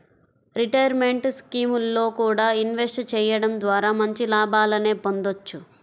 retirement స్కీముల్లో కూడా invest చెయ్యడం ద్వారా మంచి లాభాలనే పొందొచ్చు